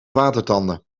watertanden